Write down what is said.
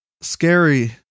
scary